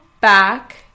back